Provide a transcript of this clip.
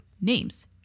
names